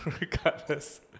Regardless